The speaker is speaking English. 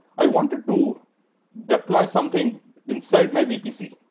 i wanted to deploy something inside my vpc.